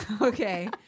Okay